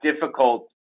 difficult